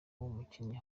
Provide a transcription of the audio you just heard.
umukinnyi